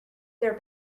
their